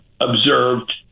observed